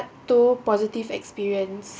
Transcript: two positive experience